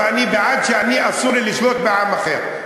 ואני בעד זה שאסור לשלוט בעם אחר.